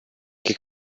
che